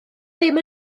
ddim